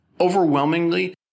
Overwhelmingly